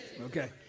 Okay